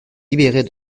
libérer